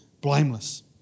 blameless